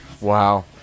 Wow